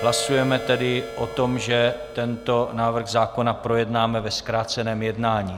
Hlasujeme tedy o tom, že tento návrh zákona projednáme ve zkráceném jednání.